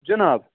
جِناب